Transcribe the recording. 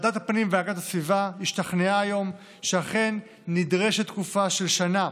ועדת הפנים והגנת הסביבה השתכנעה היום שאכן נדרשת תקופה של שנה,